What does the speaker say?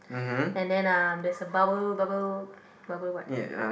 and then uh there's a bubble bubble bubble what uh